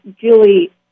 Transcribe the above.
Julie